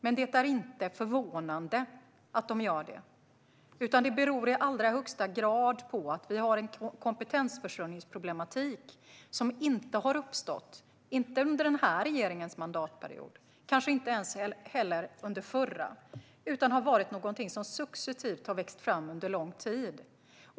Men det är inte förvånande att de gör det. Det beror i allra högsta grad på att vi en kompetensförsörjningsproblematik som inte har uppstått under den här regeringens mandatperiod - kanske inte heller under den förra regeringens - utan successivt har växt fram under lång tid.